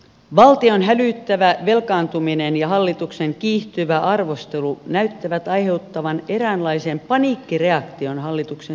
valtion hälyttävä velkaantuminen ja hallituksen kiihtyvä arvostelu näyttävät aiheuttavan eräänlaisen paniikkireaktion hallituksen sisällä